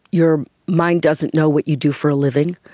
your mind doesn't know what you do for a living.